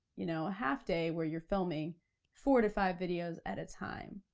you know a half day where you're filming four to five videos at a time.